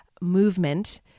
movement